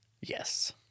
Yes